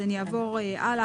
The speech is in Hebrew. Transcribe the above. אז אני אעבור הלאה.